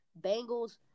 Bengals